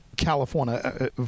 California